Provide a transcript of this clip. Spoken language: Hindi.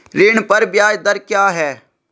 ऋण पर ब्याज दर क्या है?